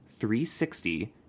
360